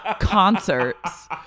concerts